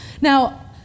Now